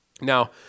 now